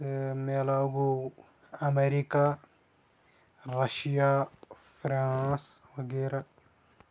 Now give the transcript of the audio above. امہِ عَلاو گوٚو ایٚمیٚریٖکا رَشیا فرانٛس وَغیرہ